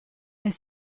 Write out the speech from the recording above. est